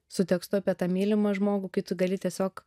su tekstu apie tą mylimą žmogų kai tu gali tiesiog